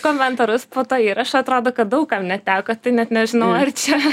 komentarus po to įrašo atrodo kad daug kam neteko tai net nežinau ar čia